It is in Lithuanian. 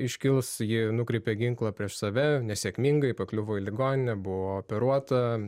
iškils ji nukreipė ginklą prieš save nesėkmingai pakliuvo į ligoninę buvo operuota